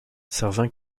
servin